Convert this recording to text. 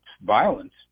violence